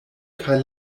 kaj